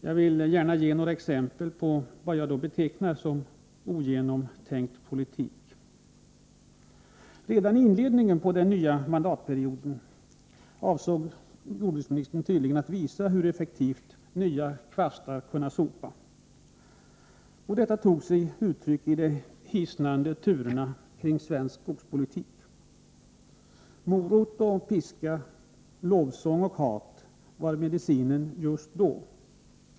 Jag vill gärna ge några exempel på vad jag betecknar som ogenomtänkt politik. Redan i inledningen av den nya mandatperioden avsåg jordbruksministern tydligen att visa hur effektivt nya kvastar kunde sopa. Detta tog sig uttryck i de hisnande turerna kring svensk skogspolitik. Morot och piska, lovsång och hat var medicinen just då.